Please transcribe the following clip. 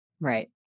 Right